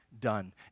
done